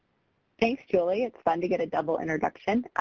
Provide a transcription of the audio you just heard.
thanks, julie. it's fun to get a double introduction.